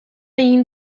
egin